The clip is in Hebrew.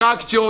ואטרקציות,